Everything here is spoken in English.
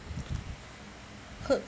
!huh!